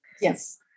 Yes